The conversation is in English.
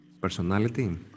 Personality